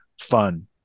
fun